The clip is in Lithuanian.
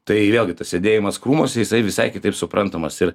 tai vėlgi tas sėdėjimas krūmuose jisai visai kitaip suprantamas ir